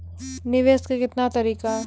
निवेश के कितने तरीका हैं?